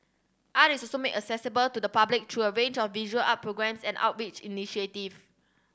art is also made accessible to the public through a range of visual up programmes and outreach initiative